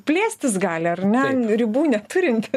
plėstis gali ar ne ribų neturinti